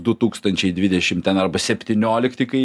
du tūkstančiai dvidešimt ten arba septyniolikti kai